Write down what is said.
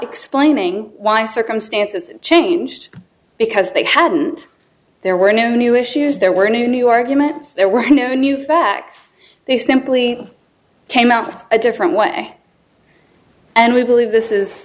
explaining why circumstances changed because they hadn't there were no new issues there were new arguments there were no new facts they simply came out with a different way and we believe this is